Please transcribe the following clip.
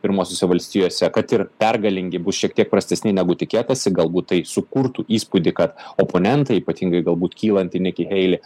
pirmosiose valstijose kad ir pergalingi bus šiek tiek prastesni negu tikėtasi galbūt tai sukurtų įspūdį kad oponentai ypatingai galbūt kylanti niki heili